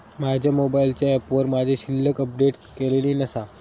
माझ्या मोबाईलच्या ऍपवर माझी शिल्लक अपडेट केलेली नसा